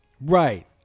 Right